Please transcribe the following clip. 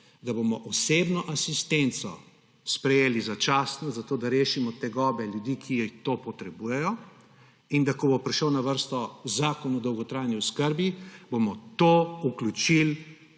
da bomo osebno asistenco sprejeli začasno, zato da rešimo tegobe ljudi, ki to potrebujejo, in da ko bo prišel na vrsto zakon o dolgotrajni oskrbi, bomo to vključili